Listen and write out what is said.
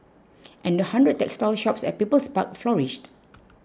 and the hundred textile shops at People's Park flourished